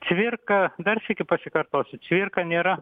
cvirka dar sykį pasikartosiu cvirka nėra